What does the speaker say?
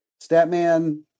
Statman